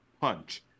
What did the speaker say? punch